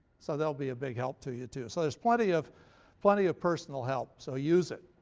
so they'll be a big help to you too. so there's plenty of plenty of personal help, so use it.